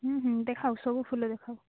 ହୁଁ ହୁଁ ଦେଖାଅ ସବୁ ଫୁଲ ଦେଖାଅ